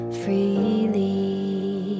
freely